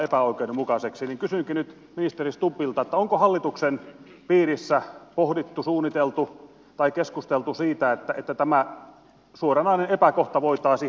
kysynkin nyt ministeri stubbilta onko hallituksen piirissä pohdittu suunniteltu tai keskusteltu siitä että tämä suoranainen epäkohta voitaisiin ihan oikaista